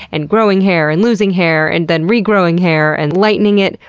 and growing hair, and losing hair, and then re-growing hair, and lightening it,